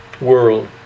world